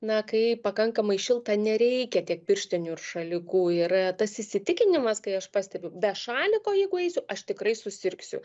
na kai pakankamai šilta nereikia tiek pirštinių ir šalikų ir tas įsitikinimas kai aš pastebiu be šaliko jeigu eisiu aš tikrai susirgsiu